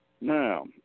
Now